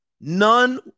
none